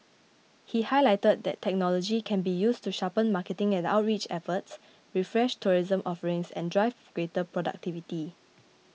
he highlighted that technology can be used to sharpen marketing and outreach efforts refresh tourism offerings and drive greater productivity